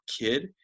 kid